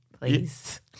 please